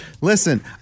Listen